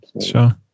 sure